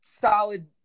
Solid